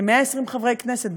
כ-120 חברי כנסת,